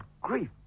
grief